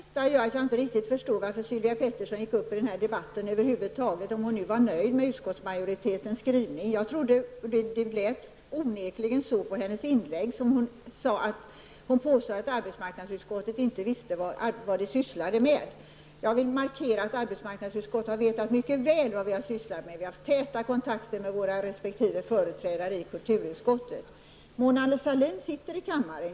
Herr talman! Det senaste som Sylvia Pettersson sade gör att jag inte riktigt förstår varför hon över huvud taget deltog i den här debatten, om hon nu var nöjd med utskottsmajoritetens skrivning. Hennes inlägg lät onekligen som om hon påstod att vi i arbetsmarknadsutskottet inte visste vad vi sysslade med. Jag vill markera att vi i arbetsmarknadsutskottet har vetat mycket väl vad vi har sysslat med. Vi som sitter i arbetsmarknadsutskottet har haft täta kontakter med våra resp. företrädare i kulturutskottet. Mona Sahlin sitter i kammaren.